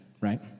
right